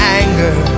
anger